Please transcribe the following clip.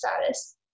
status